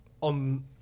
on